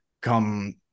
come